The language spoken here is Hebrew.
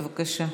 בבקשה.